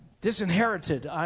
disinherited